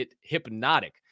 hypnotic